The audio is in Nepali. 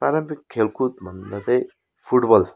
पारम्पिक खेलकुदभन्दा चाहिँ फुटबल